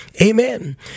amen